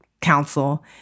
council